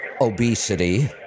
obesity